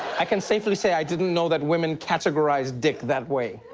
i can safely say i didn't know that women categorized dick that way.